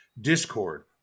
Discord